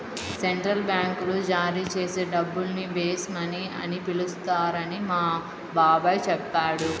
central బ్యాంకులు జారీ చేసే డబ్బుల్ని బేస్ మనీ అని పిలుస్తారని మా బాబాయి చెప్పాడు